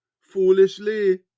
foolishly